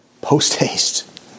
post-haste